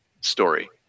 story